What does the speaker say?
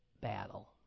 battle